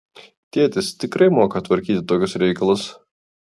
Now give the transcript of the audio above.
tėtis tikrai moka tvarkyti tokius reikalus